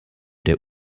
der